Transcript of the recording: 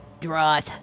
droth